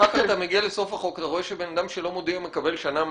אחר כך אתה מגיע לסוף החוק ורואה שבן אדם שלא מודיע מקבל שנה מאסר.